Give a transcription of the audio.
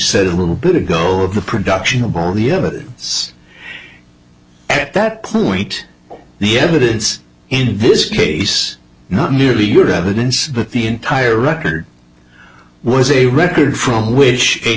said a little bit ago of the production of all the evidence at that point the evidence in this case not merely your evidence but the entire record was a record from which a